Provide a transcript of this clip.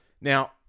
Now